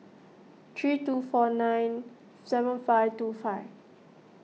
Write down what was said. three two four nine seven five two five